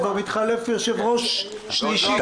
כבר מתחלף יושב-ראש שלישי.